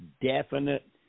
definite